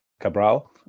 Cabral